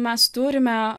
mes turime